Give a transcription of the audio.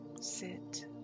Sit